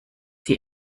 die